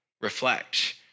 reflect